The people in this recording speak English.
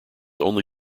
only